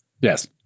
Yes